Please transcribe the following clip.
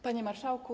Panie Marszałku!